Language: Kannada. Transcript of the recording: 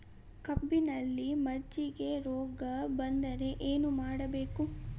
ಕಬ್ಬಿನಲ್ಲಿ ಮಜ್ಜಿಗೆ ರೋಗ ಬಂದರೆ ಏನು ಮಾಡಬೇಕು?